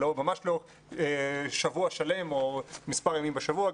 וממש לא שבוע שלם או מספר ימים בשבוע.